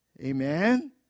Amen